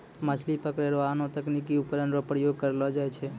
मछली पकड़ै रो आनो तकनीकी उपकरण रो प्रयोग करलो जाय छै